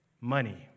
money